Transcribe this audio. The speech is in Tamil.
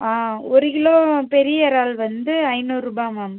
ஆ ஒரு கிலோ பெரிய இறால் வந்து ஐந்நூறுபா மேம்